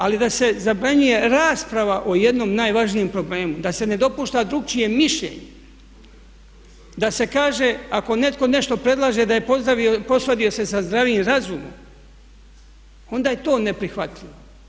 Ali da se zabranjuje rasprava o jednom najvažnijem problemu, da se ne dopušta drukčije mišljenje, da se kaže ako netko nešto predlaže da je posvadio se sa zdravim razumom onda je to neprihvatljivo.